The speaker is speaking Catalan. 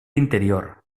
interior